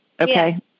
Okay